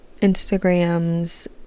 Instagrams